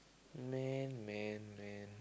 Man Man Man